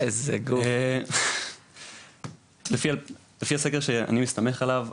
אז לפי הסקר שאני מסתמך עליו כאן,